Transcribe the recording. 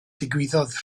digwyddodd